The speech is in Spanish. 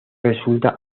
resulta